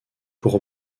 pour